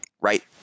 right